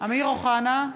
אמיר אוחנה,